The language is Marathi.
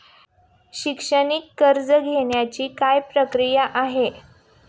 शिक्षणासाठी कर्ज घेण्याची काय प्रक्रिया आहे?